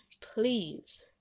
please